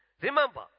Remember